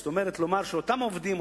זאת אומרת: לומר שאותם עובדים,